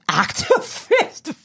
activist